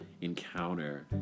encounter